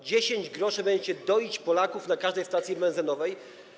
10 gr będziecie doić Polaków na każdej stacji benzynowej.